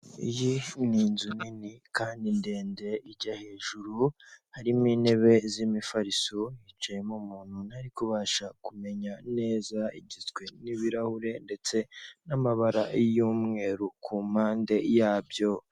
Iyi ni inzu nini kandi ndende ijya hejuru harimo intebe z'imifariso hicayemo umuntu ntari kubasha kumenya neza, igizwe n'ibirahure ndetse n'amabara y'umweru ku mpande yabyo.